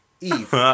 Eve